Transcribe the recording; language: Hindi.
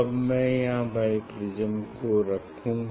अब मैं यहाँ बाईप्रिज्म रखूँगा